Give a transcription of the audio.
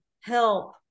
help